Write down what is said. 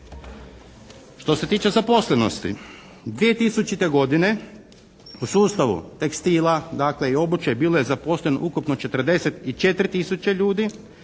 Što se tiče zaposlenosti 2000. godine u sustavu tekstila dakle i obuće bilo je zaposleno ukupno 44 tisuće ljudi.